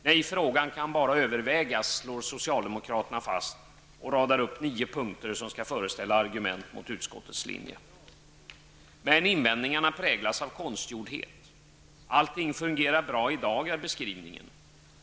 Nej, frågan kan bara övervägas, slår socialdemokraterna fast, och radar upp nio punkter som skall föreställa argument mot utskottets linje. Men invändningarna präglas av konstgjordhet. Allting fungerar bra i dag, är beskrivningen.